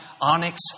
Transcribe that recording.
onyx